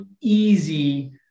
easy